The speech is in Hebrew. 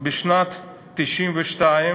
בשנת 1992,